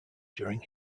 during